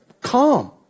calm